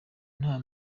nta